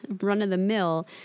run-of-the-mill